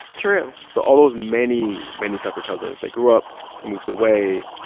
true so all those many, many tucker cousins that grew up moved away,